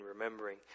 remembering